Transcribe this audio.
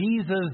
Jesus